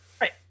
Right